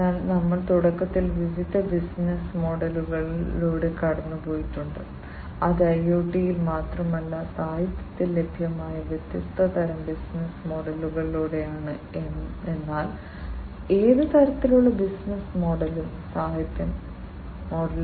അതിനാൽ ഞങ്ങൾ തുടക്കത്തിൽ വിവിധ ബിസിനസ്സ് മോഡലുകളിലൂടെ കടന്നുപോയിട്ടുണ്ട് അത് ഐഒടിയിൽ മാത്രമല്ല സാഹിത്യത്തിൽ ലഭ്യമായ വ്യത്യസ്ത തരം ബിസിനസ്സ് മോഡലുകളിലൂടെയാണ് എന്നാൽ ഏത് തരത്തിലുള്ള ബിസിനസ്സ് മോഡലും സാഹിത്യം ലഭ്യമാണ്